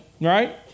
right